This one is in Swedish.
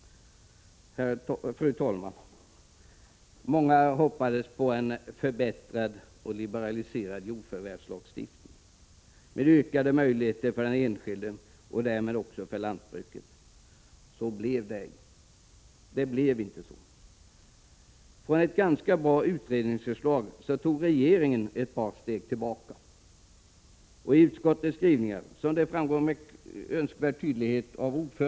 Fru talman! Många hoppades på en förbättrad och liberaliserad jordförvärvslagstiftning med ökade möjligheter för den enskilde och därmed också för lantbruket. Någon sådan blev det inte. Från ett ganska bra utredningsförslag tog regeringen ett par steg tillbaka. Med utskottets skrivning tas ytterligare ett par steg tillbaka — det framgick med all önskvärd tydlighet av Prot.